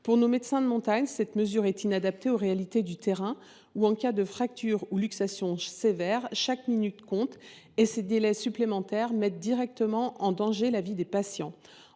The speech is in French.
Pour nos médecins de montagne, cette mesure est inadaptée aux réalités de terrain où, en cas de fracture ou de luxation sévère, chaque minute compte. Ces délais supplémentaires mettent directement en danger la vie des patients.